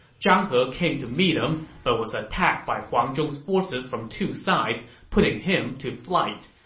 zhang he came to meet him, but was attacked by huang zhong's forces from two sides, putting him to flight.